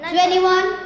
Twenty-one